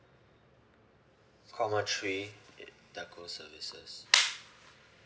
call number three it telco services